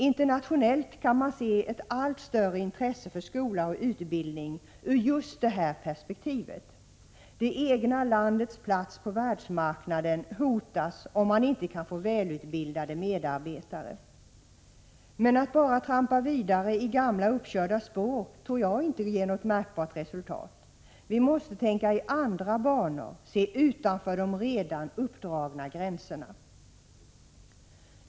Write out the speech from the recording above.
Internationellt kan man se ett allt större intresse för skola och utbildning ur just detta perspektiv. Det egna landets plats på världsmarknaden hotas om man inte kan få välutbildade medarbetare. Men att bara trampa vidare i gamla uppkörda spår tror inte jag ger något märkbart resultat. Vi måste tänka i andra banor, se utanför de redan uppdragna gränserna.